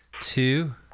two